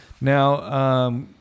Now